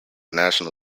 national